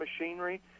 machinery